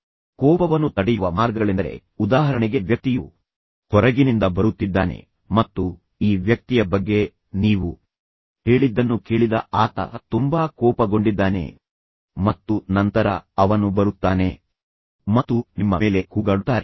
ನೀವು ಕೋಪವನ್ನು ತಡೆಯುವ ಇತರ ಮಾರ್ಗಗಳೆಂದರೆ ಉದಾಹರಣೆಗೆ ವ್ಯಕ್ತಿಯು ಹೊರಗಿನಿಂದ ಬರುತ್ತಿದ್ದಾನೆ ಮತ್ತು ನಂತರ ಈ ವ್ಯಕ್ತಿಯ ಬಗ್ಗೆ ನೀವು ಹೇಳಿದ್ದನ್ನು ಕೇಳಿದ ಆತ ತುಂಬಾ ಕೋಪಗೊಂಡಿದ್ದಾನೆ ಮತ್ತು ನಂತರ ಅವನು ಬರುತ್ತಾನೆ ಮತ್ತು ಈ ಎಲ್ಲಾ ಕೆಲಸಗಳನ್ನು ಮಾಡಲು ನಿಮಗೆ ಹೇಗೆ ಧೈರ್ಯವಾಗುತ್ತದೆ ಎಂದು ನಿಮ್ಮ ಮೇಲೆ ಕೂಗಾಡುತ್ತಾರೆ